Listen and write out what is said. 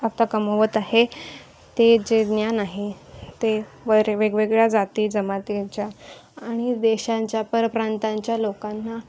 आता कमवत आहे ते जे ज्ञान आहे ते वरे वेगवेगळ्या जाती जमातींच्या आणि देशांच्या परप्रांतांच्या लोकांना